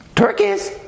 Turkeys